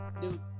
dude